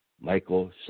Michael